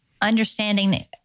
understanding